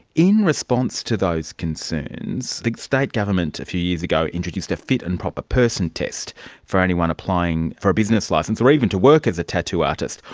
in response to those concerns, the state government a few years ago introduced a fit and proper person test for anyone applying for a business licence or even to work as a tattoo artist.